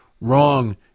wrong